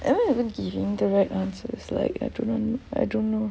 and I haven't given the right answers like I don't I don't know